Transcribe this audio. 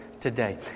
today